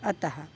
अतः